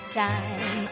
time